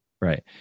right